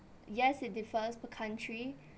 yes it differs per country